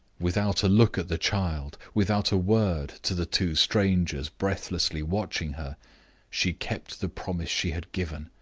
without a look at the child without a word to the two strangers breathlessly watching her she kept the promise she had given,